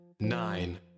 Nine